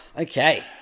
okay